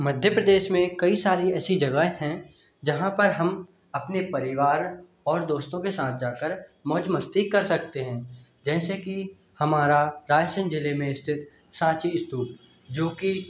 मध्य प्रदेश में कई सारी ऐसी जगहें हैं जहाँ पर हम अपने परिवार और दोस्तों के साथ जाकर मौज मस्ती कर सकते हैं जैसे कि हमारा रायसेन जिले में स्थित सांची स्तूप जो कि